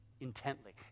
intently